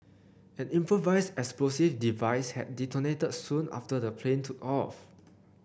an improvised explosive device had detonated soon after the plane took off